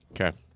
Okay